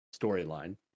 storyline